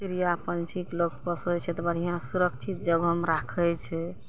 चिड़िआँ पंछीके लोक पोसै छै तऽ बढ़िआँ सुरक्षित जगहमे राखै छै